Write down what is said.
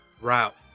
route